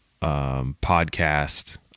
podcast